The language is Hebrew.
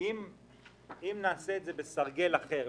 אם נעשה את זה בסרגל אחר,